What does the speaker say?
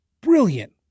brilliant